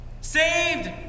Saved